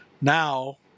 now